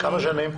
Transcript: כמה שנים?